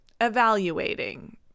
evaluating